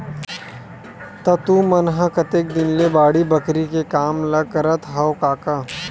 त तुमन ह कतेक दिन ले बाड़ी बखरी के काम ल करत हँव कका?